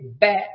back